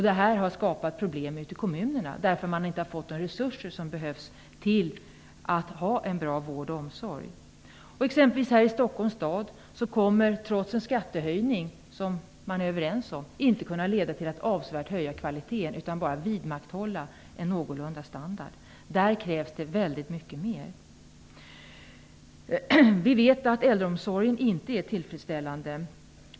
Det här har skapat problem ute i kommunerna. Man har ju inte fått de resurser som behövs för att kunna ha en bra vård och omsorg. I Stockholms stad kommer det, trots den skattehöjning som man är överens om, inte att bli en avsevärt höjd kvalitet. I stället gäller det att vidmakthålla en någorlunda standard. Där krävs det väldigt mycket mera. Vi vet att äldreomsorgen inte är tillfredsställande.